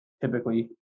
typically